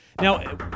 Now